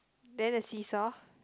then the see saw